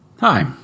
Hi